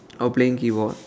oh playing keyboard